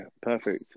perfect